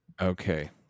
Okay